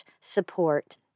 support